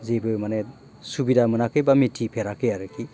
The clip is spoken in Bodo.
जेबो माने सुबिदा मोनाखै बा मिथिफेराखै आरोखि